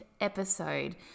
episode